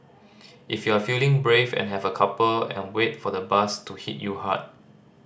if you're feeling brave and have a couple and wait for the buzz to hit you hard